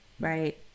right